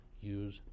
use